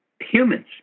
humans